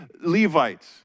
Levites